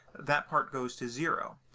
that part goes to zero.